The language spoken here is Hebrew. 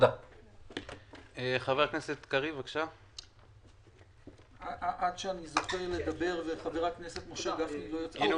אני מבקש להתייחס לסוגיית ממשלת המעבר.